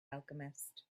alchemist